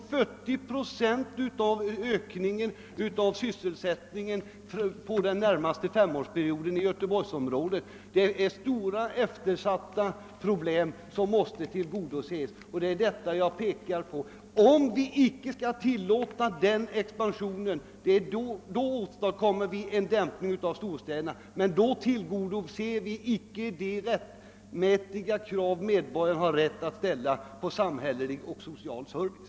40 procent av ökningen i sysselsättningen inom Göteborgsområdet ligger just där. Här finns stora eftersatta behov som måste tillgodoses. Det är detta jag pekat på. Om vi icke tillåter denna expansion, åstadkommer vi en dämpning av storstädernas tillväxt. Men då tillgodoser vi å andra sidan inte de rättmätiga krav medborgarna kan ställa på samhällelig och social service.